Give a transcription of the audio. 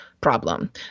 problem